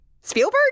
Spielberg